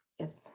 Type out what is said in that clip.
Yes